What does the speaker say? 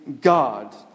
God